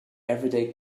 everyday